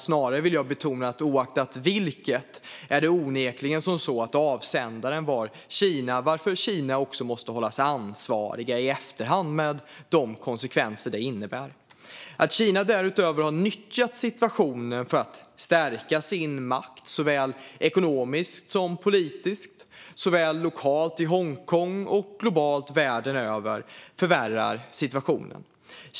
Snarare vill jag betona att oavsett vilket var Kina onekligen avsändaren, varför Kina också måste hållas ansvarigt i efterhand med de konsekvenser det innebär. Att Kina därutöver har utnyttjat situationen för att stärka sin makt såväl ekonomiskt som politiskt, såväl lokalt i Hongkong som globalt, förvärrar situationen.